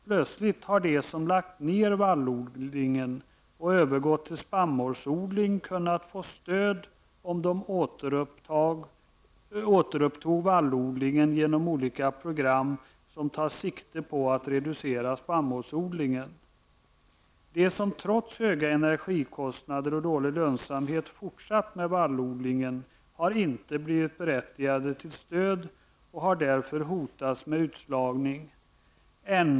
Plötsligt har de som lagt ned vallodlingen och övergått till spannmålsodling kunnat få stöd om de återupptog vallodlingen genom olika program som tar sikte på att reducera spannmålsodling. De som trots höga energikostnader och dålig lönsamhet fortsatte med vallodling har icke varit berättigade till stöd och har därför hotats av utslagning.